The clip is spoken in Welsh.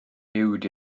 uwd